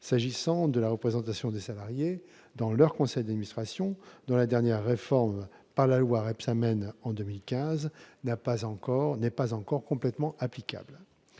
s'agissant de la représentation des salariés dans leurs conseils d'administration, dont la dernière réforme, par la loi Rebsamen en 2015, n'est pas encore complètement applicable.